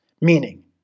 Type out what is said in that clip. Meaning